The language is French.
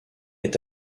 est